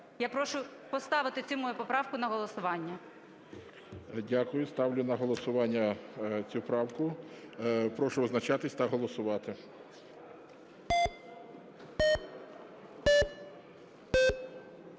Я прошу поставити цю мою поправку на голосування. ГОЛОВУЮЧИЙ. Дякую. Ставлю на голосування цю правку. Прошу визначатися та голосувати.